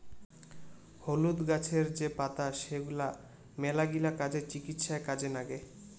হলুদ গাছের যে পাতা সেগলা মেলাগিলা কাজে, চিকিৎসায় কাজে নাগে